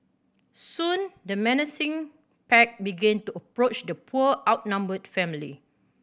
soon the menacing pack began to approach the poor outnumbered family